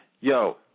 Yo